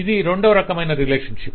ఇది రెండవ రకమైన రిలేషన్షిప్